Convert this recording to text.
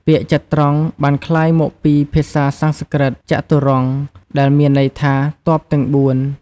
ពាក្យ ចត្រង្គ បានក្លាយមកពីភាសាសំស្ក្រឹត ចតុរង្គ ដែលមានន័យថា ទ័ពទាំងបួន។